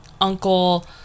uncle